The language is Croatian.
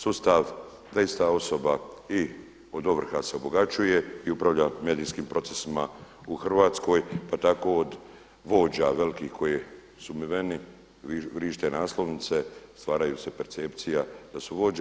Sustav da ista osoba i od ovrha se obogaćuje i upravlja medijskim procesima u Hrvatskoj, pa tako od vođa velikih koji su … vrište naslovnice, stvaraju se percepcija da su vođe.